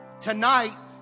Tonight